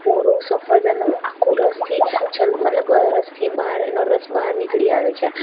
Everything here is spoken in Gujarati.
તો પૂરું સફરજન આખું રસથી છાલ મતલબ રસથી બહાર એનો રસ બહાર નિકળી આવે છે